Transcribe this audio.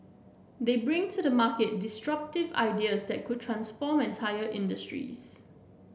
they bring to the market disruptive ideas that could transform entire industries